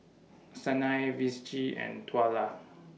Sanai Vicie and Twyla